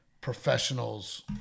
professionals